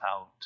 out